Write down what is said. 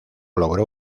logró